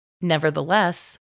Nevertheless